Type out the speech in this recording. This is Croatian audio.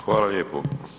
Hvala lijepo.